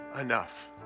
enough